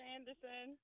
Anderson